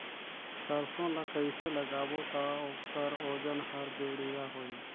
सरसो ला कइसे लगाबो ता ओकर ओजन हर बेडिया होही?